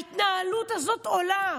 ההתנהלות הזאת עולה.